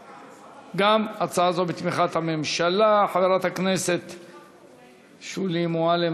הצעת החוק עברה בקריאה טרומית ותועבר לוועדת העבודה,